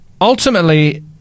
Ultimately